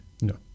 No